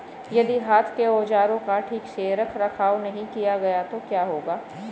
यदि हाथ के औजारों का ठीक से रखरखाव नहीं किया गया तो क्या होगा?